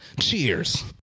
Cheers